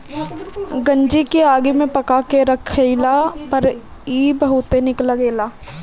गंजी के आगी में पका के खइला पर इ बहुते निक लगेला